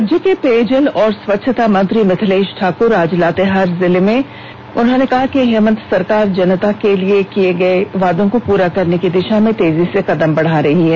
राज्य के पेयजल एवं स्वछता मंत्री मिथिलेष ठाकुर आज लातेहार जिले में कहा कि हेमंत सरकार जनता से किये गये वादों को पूरा करने की दिषा में तेजी से कदम बढ़ा रही है